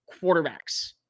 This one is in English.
quarterbacks